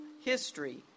history